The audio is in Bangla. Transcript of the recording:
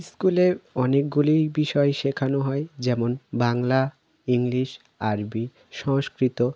স্কুলে অনেকগুলি বিষয় শেখানো হয় যেমন বাংলা ইংলিশ আরবি সংস্কৃত